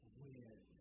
win